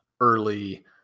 early